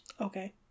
Okay